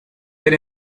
ver